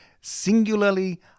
singularly